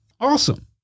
Awesome